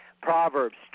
Proverbs